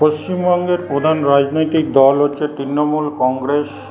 পশ্চিমবঙ্গের প্রধান রাজনৈতিক দল হচ্ছে তৃণমূল কংগ্রেস